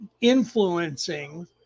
influencing